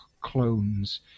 clones